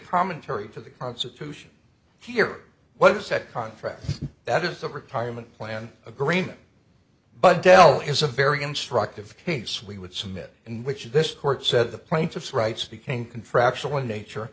commentary to the constitution here what was that contract that is the retirement plan agreement but del is a very instructive case we would submit in which this court said the plaintiffs rights became contractual in nature